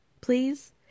please